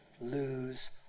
lose